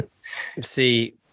See